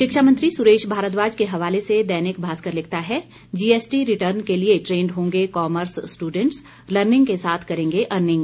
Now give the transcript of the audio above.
शिक्षा मंत्री सुरेश भारद्वाज के हवाले से दैनिक भारकर लिखता है जीएसटी रिटर्न के लिए ट्रेंड होंगे कॉमर्स स्ट्रडेंट्स लर्निंग के साथ करेंगे अर्निंग